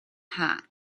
hot